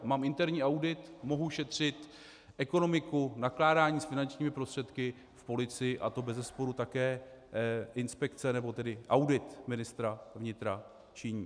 Mám interní audit, mohu šetřit ekonomiku, nakládání s finančními prostředky v policii a to bezesporu také inspekce nebo tedy audit ministra vnitra činí.